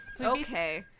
Okay